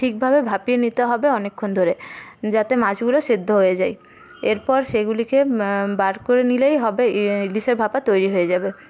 ঠিকভাবে ভাপিয়ে নিতে হবে অনেকক্ষণ ধরে যাতে মাছগুলো সেদ্ধ হয়ে যায় এরপর সেগুলিকে বার করে নিলেই হবে ইলিশের ভাপা তৈরি হয়ে যাবে